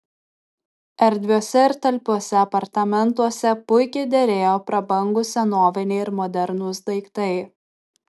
erdviuose ir talpiuose apartamentuose puikiai derėjo prabangūs senoviniai ir modernūs daiktai